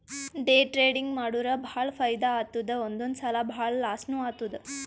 day trading ಮಾಡುರ್ ಭಾಳ ಫೈದಾ ಆತ್ತುದ್ ಒಂದೊಂದ್ ಸಲಾ ಭಾಳ ಲಾಸ್ನೂ ಆತ್ತುದ್